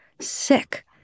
sick